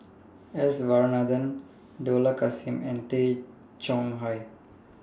S Varathan Dollah Kassim and Tay Chong Hai